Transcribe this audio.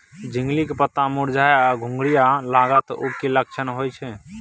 झिंगली के पत्ता मुरझाय आ घुघरीया लागल उ कि लक्षण होय छै?